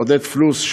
עודד פלוס.